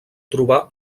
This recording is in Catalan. trobar